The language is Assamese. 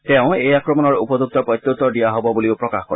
তেওঁ এই আক্ৰমণৰ উপযুক্ত প্ৰত্যুত্তৰ দিয়া হ'ব বুলিও প্ৰকাশ কৰে